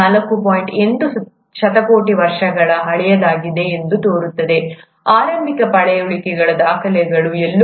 8 ಶತಕೋಟಿ ವರ್ಷಗಳಷ್ಟು ಹಳೆಯದಾಗಿದೆ ಎಂದು ತೋರುತ್ತದೆ ಆರಂಭಿಕ ಪಳೆಯುಳಿಕೆ ದಾಖಲೆಗಳು ಎಲ್ಲೋ ಸುಮಾರು 3